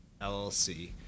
LLC